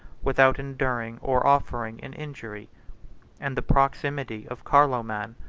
without enduring or offering an injury and the proximity of carloman,